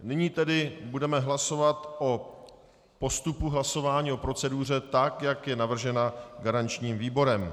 Nyní tedy budeme hlasovat o postupu hlasování, o proceduře, tak jak byla navržena garančním výborem.